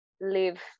live